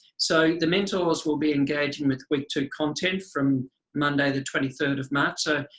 so the mentors will be engaging with week two content from monday the twenty third of march.